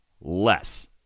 less